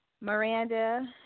Miranda